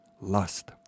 lust